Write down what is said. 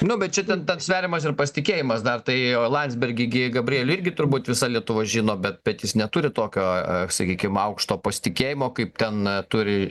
nu bet čia ten ten sveriamas ir pasitikėjimas dar tai landsbergį gi gabrielį irgi turbūt visa lietuva žino bet bet jis neturi tokio sakykim aukšto pasitikėjimo kaip ten turi